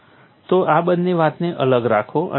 તો આ બંને વાતોને અલગ રાખો અને સમજો